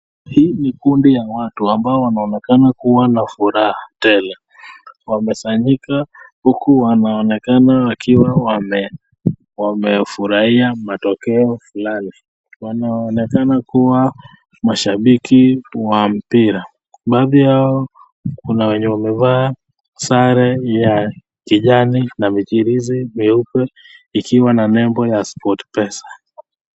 Hii ni kundi ya watu ambao wanaonekana kuwa na furaha tele, wamesanyika huku wanaonekana wakiwa wamefurahia matokea fulani, wanaonekana kuwa mashabiki wa mpira, baadhi yao kuna wenye wamevaa sare ya kijani na michirizi meupe ikiwa na membo ya sportpesa .